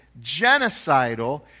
genocidal